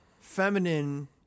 feminine